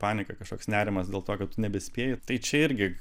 panika kažkoks nerimas dėl to kad nebespėji tai čia irgi